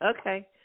Okay